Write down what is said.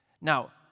Now